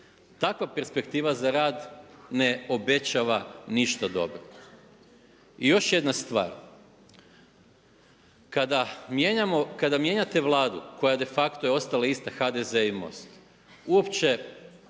Takva perspektiva za rad ne obećava ništa dobro. I još jedna stvar, kada mijenjate Vladu koja de facto je ostala ista HDZ i MOST uopće